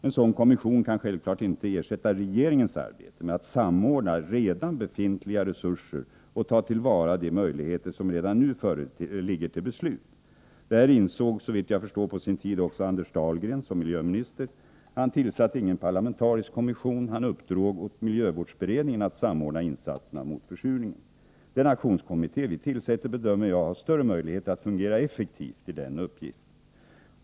En sådan kommission kan självfallet inte ersätta regeringens arbete med att samordna i dag befintliga resurser och ta till vara de möjligheter som redan nu föreligger till beslut. Detta insåg, såvitt jag förstår, på sin tid också Anders Dahlgren. Som miljöminister tillsatte han ingen parlamentarisk kommission. Han uppdrog åt miljövårdsberedningen att samordna insatserna mot försurningen. Jag bedömer att den aktionskommitté som vi tillsätter har större möjligheter att fungera effektivt i den uppgiften.